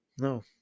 No